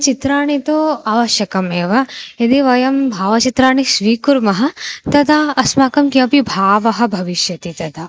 चित्राणि तु आवश्यकानि एव यदि वयं भावचित्राणि स्वीकुर्मः तदा अस्माकं किमपि भावः भविष्यति तदा